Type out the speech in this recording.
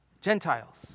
Gentiles